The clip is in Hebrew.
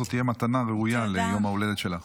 זו תהיה מתנה ראויה ליום ההולדת שלך.